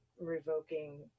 revoking